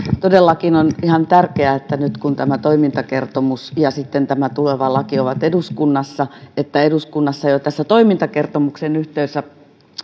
todellakin on ihan tärkeää nyt kun tämä toimintakertomus ja sitten tämä tuleva laki ovat eduskunnassa että eduskunnassa jo tässä toimintakertomuksen yhteydessä